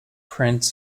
margaret